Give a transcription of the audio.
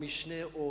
או משנה,